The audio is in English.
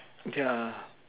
ya